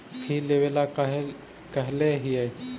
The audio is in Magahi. फिर लेवेला कहले हियै?